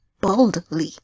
Boldly